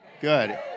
Good